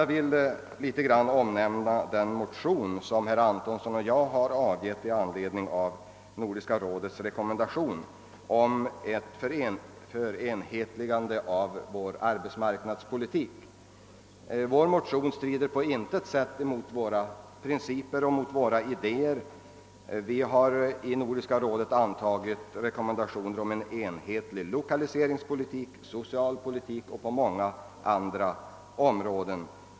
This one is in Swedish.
Jag vill något omnämna den motion till Nordiska rådet, som herr Antonsson och jag väckt i anledning av Nordiska rådets rekommendation om ett förenhetligande av arbetsmarknadspolitiken i de nordiska länderna. Denna motion strider på intet sätt mot våra principer och idéer. Vi har i Nordiska rådet antagit rekommendationer om en enhetlig lokaliseringspolitik och om en enhetlig socialpolitik liksom om ett enhetligt uppträdande på många andra områden.